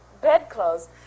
bedclothes